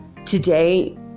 Today